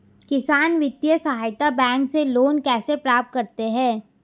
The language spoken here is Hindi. किसान वित्तीय सहायता बैंक से लोंन कैसे प्राप्त करते हैं?